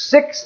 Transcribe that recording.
Six